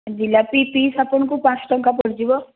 jalebi piece ଆପଣଙ୍କୁ ପାଞ୍ଚ ଟଙ୍କା ପଡ଼ିଯିବ